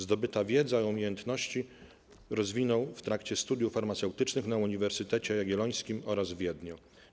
Zdobytą wiedzę i umiejętności rozwinął w trakcie studiów farmaceutycznych na Uniwersytecie Jagiellońskim oraz w Wiedniu.